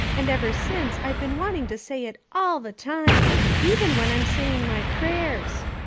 and ever since i've been wanting to say it all the time even when i'm saying my prayers.